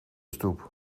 stoep